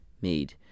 made